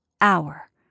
hour